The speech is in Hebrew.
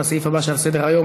לסעיף הבא שעל סדר-היום,